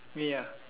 ya ya